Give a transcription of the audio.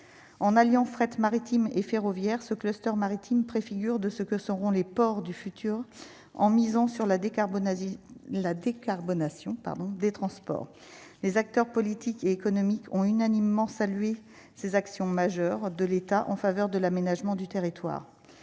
en alliant fret maritime et ferroviaire, ce que le Store maritime préfigure de ce que seront les ports du futur en misant sur la décarbonation, la décarbonation, pardon, des transports, les acteurs politiques et économiques ont unanimement salué ces actions majeures de l'État en faveur de l'aménagement du territoire